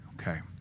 Okay